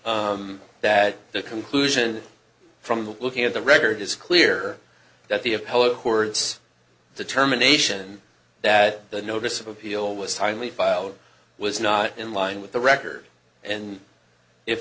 that the conclusion from looking at the record is clear that the apolo hordes determination that the notice of appeal was highly filed was not in line with the record and if